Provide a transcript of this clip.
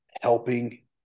helping